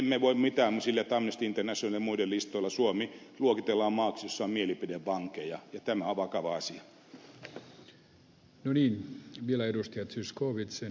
me emme voi mitään sille että amnesty internationalin ja muiden listoilla suomi luokitellaan maaksi jossa on mielipidevankeja ja tämä on vakava asia